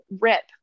rip